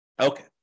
Okay